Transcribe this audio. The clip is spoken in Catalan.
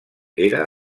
era